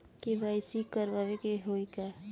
KYC करावे के होई का?